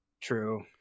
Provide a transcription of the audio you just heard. true